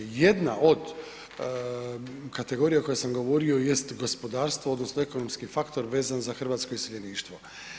Jedna od kategorija koje sam govorio jest gospodarstvo odnosno ekonomski faktor vezan za hrvatsko iseljeništvo.